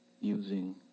using